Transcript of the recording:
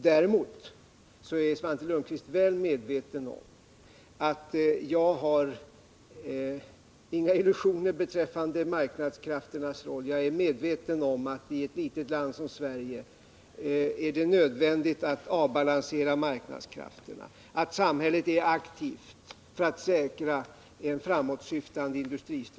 Däremot känner Svante Lundkvist väl till att jag har inga illusioner beträffande marknadskrafternas roll. Jag är medveten om att i ett litet land Nr 57 som Sverige är det nödvändigt att avbalansera marknadskrafterna, att Tisdagen den samhället är aktivt för att säkra en framåtsyftande industristruktur.